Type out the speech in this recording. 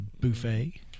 Buffet